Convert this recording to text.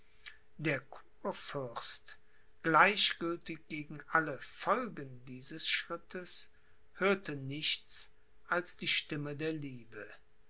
der kurfürst gleichgültig gegen alle folgen dieses schrittes hörte nichts als die stimme der liebe